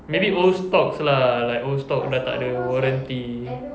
maybe old stocks lah like old stocks dah tak ada warranty